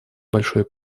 большой